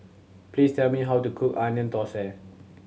please tell me how to cook Onion Thosai